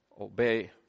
obey